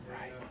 Right